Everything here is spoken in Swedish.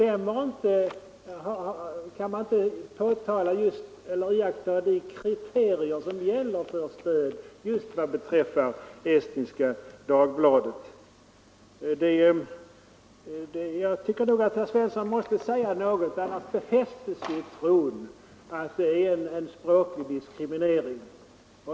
Föreligger inte de kriterier som gäller för stöd just vad beträffar Estniska Dagbladet? Jag tycker nog att herr Svensson måste säga något om den saken — annars befästes ju tron på att det råder språklig diskriminering.